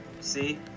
See